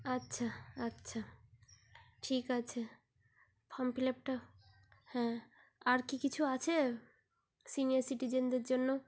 আচ্ছা আচ্ছা ঠিক আছে ফর্ম ফিল আপটা হ্যাঁ আর কি কিছু আছে সিনিয়র সিটিজেনদের জন্য